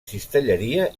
cistelleria